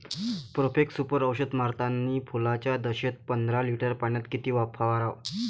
Profex Super औषध मारतानी फुलाच्या दशेत पंदरा लिटर पाण्यात किती फवाराव?